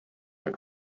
are